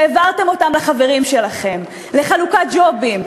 והעברתם אותם לחברים שלכם לחלוקת ג'ובים,